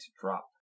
drop